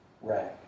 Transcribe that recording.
rag